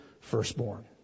firstborn